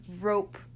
rope